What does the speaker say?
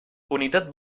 unitat